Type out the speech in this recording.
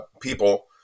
people